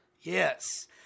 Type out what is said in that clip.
Yes